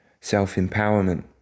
self-empowerment